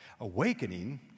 Awakening